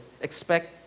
expect